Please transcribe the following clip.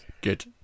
Good